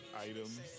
items